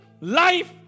life